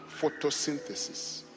photosynthesis